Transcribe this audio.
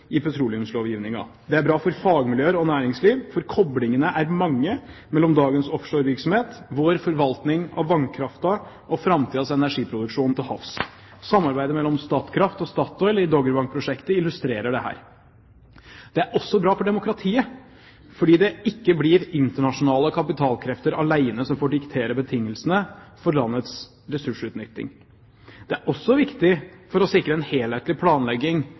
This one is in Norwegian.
i petroleumslovgivningen. Det er bra for fagmiljøer og næringsliv, for koblingene er mange mellom dagens offshorevirksomhet, vår forvaltning av vannkraften og framtidens energiproduksjon til havs. Samarbeidet mellom Statkraft og Statoil i Doggerbank-prosjektet illustrerer dette. Det er også bra for demokratiet, fordi det ikke blir internasjonale kapitalkrefter alene som får diktere betingelsene for landets ressursutnytting. Det er også viktig for å sikre en helhetlig planlegging